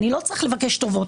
אני לא צריך לבקש טובות,